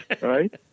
Right